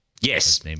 Yes